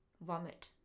Vomit